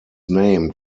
named